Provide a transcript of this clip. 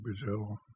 Brazil